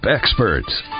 experts